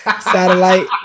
satellite